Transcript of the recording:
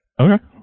okay